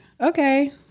okay